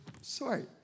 Sorry